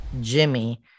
Jimmy